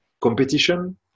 competition